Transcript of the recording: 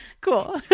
Cool